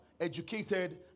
educated